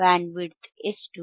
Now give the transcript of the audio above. bandwidth ಎಷ್ಟು